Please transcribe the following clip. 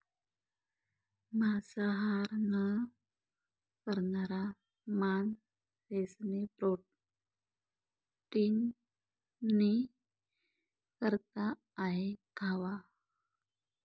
मांसाहार न करणारा माणशेस्नी प्रोटीननी करता काय खावा